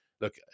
look